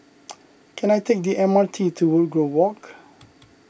can I take the M R T to Woodgrove Walk